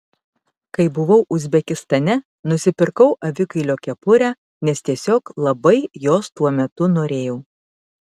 kai buvau uzbekistane nusipirkau avikailio kepurę nes tiesiog labai jos tuo metu norėjau